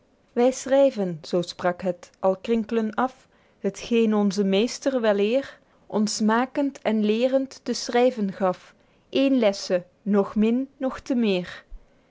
wy schryven zoo sprak het al krinklen af het gene onze meester weleer ons makend en leerend te schryven gaf één lesse noch min nochte meer